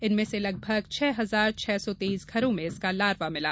इनमें लगभग छह हजार छह सौ तेईस घरों में इसका लारवा मिला